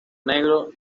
negro